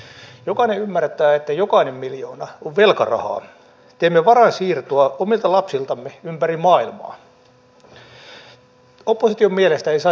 pariisin ilmastokokousta todella voidaan pitää historiallisena sen laajuuden ja eri kansakuntien sitoutumisen ja myös näiden kunnianhimoisten ilmastotavoitteiden näkökulmasta